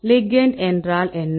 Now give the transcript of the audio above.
ligand என்றால் என்ன